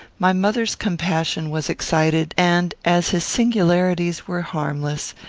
my mother's compassion was excited, and, as his singularities were harmless,